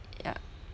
yup